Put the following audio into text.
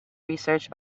research